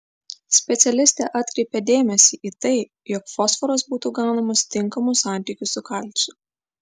specialistė atkreipia dėmesį į tai jog fosforas būtų gaunamas tinkamu santykiu su kalciu